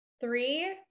three